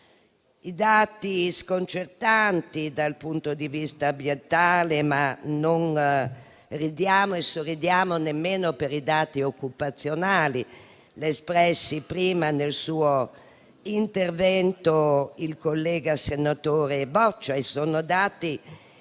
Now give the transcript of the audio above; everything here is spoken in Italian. I dati sconcertanti dal punto di vista ambientale - ma non ridiamo, né sorridiamo nemmeno per i dati occupazionali, espressi prima nell'intervento del collega senatore Boccia - ci